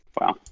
Wow